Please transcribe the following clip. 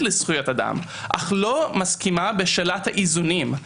לזכויות אדם אך לא מסכימה בשאלת האיזונים,